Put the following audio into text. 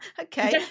okay